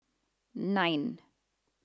nine